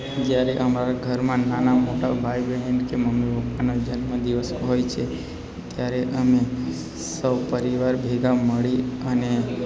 જ્યારે અમારા ઘરમાં નાના મોટા ભાઈ બહેન કે મમ્મી પપ્પાના જન્મ દિવસ હોય છે ત્યારે અમે સૌ પરિવાર ભેગા મળી અને